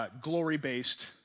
glory-based